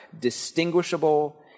distinguishable